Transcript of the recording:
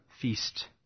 feast